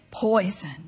poison